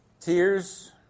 tears